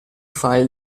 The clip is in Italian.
file